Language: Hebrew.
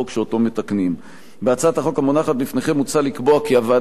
בהצעת החוק המונחת בפניכם מוצע לקבוע כי הוועדה תוכל לנקוט הליך של תיקון